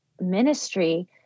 ministry